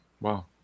Wow